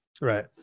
Right